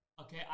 Okay